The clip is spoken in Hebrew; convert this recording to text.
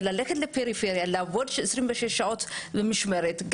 הולכים לעבוד בפריפריה 26 שעות במשמרת,